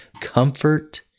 comfort